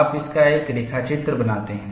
आप इसका एक रेखाचित्र बनाते हैं